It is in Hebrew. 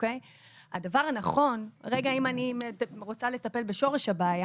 הדבר הנכון רגע אם אני רוצה לטפל בשורש הבעיה